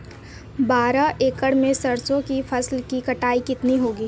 बारह एकड़ में सरसों की फसल की कटाई कितनी होगी?